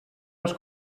les